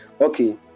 okay